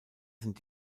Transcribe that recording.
sind